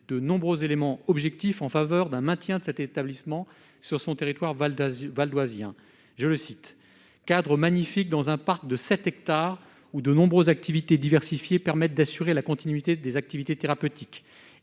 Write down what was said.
de nombreux éléments objectifs en faveur d'un maintien de cet établissement sur son territoire, Valdas Val-d'Oisien, je le cite, cadre magnifique dans un parc de 7 hectares où de nombreuses activités diversifiées permettent d'assurer la continuité des activités thérapeutiques